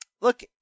look